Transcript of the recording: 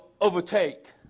overtake